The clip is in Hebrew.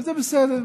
וזה בסדר.